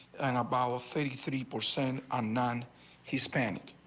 and about ah fifty three percent on ah on he spent.